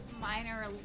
minor